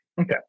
Okay